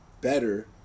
better